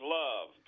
love